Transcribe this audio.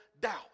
doubt